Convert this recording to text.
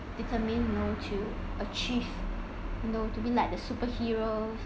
determined you know to achieve you know to be like like the superhero